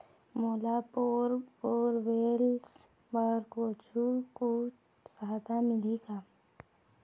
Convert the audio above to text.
मोला bore borewells बर कुछू कछु सहायता मिलही का?